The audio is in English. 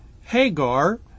Hagar